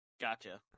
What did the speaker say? Gotcha